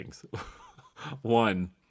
One